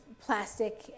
plastic